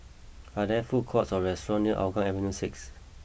are there food courts or restaurants near Hougang Avenue six